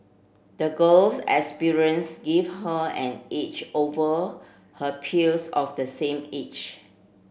the girl's experience gave her an edge over her peers of the same age